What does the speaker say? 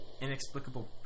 inexplicable